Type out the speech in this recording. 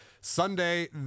Sunday